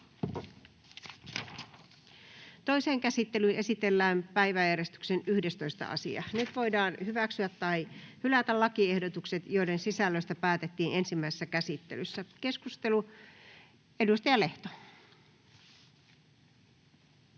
Toiseen käsittelyyn esitellään päiväjärjestyksen 11. asia. Nyt voidaan hyväksyä tai hylätä lakiehdotukset, joiden sisällöstä päätettiin ensimmäisessä käsittelyssä. — Keskustelu, edustaja Lehto.